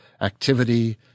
activity